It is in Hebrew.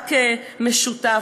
מאבק משותף.